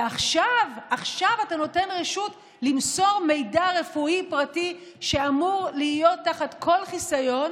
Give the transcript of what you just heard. ועכשיו אתה נותן רשות למסור מידע רפואי פרטי שאמור להיות תחת כל חיסיון